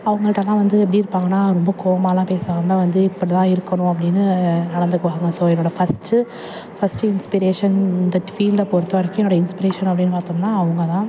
அவங்கள்கிட்டலாம் வந்து எப்படி இருப்பாங்கன்னா ரொம்ப கோவமாகலாம் பேசாமல் வந்து இப்படி தான் இருக்கணும் அப்படினு நடந்துக்குவாங்க ஸோ என்னோட ஃபர்ஸ்ட்டு ஃபர்ஸ்ட்டு இன்ஸ்பிரேஷன் இந்த ஃபீல்டை பொறுத்த வரைக்கும் என்னுடைய இன்ஸ்பிரேஷன் அப்படின்னு பார்த்தோம்னா அவங்க தான்